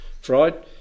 fried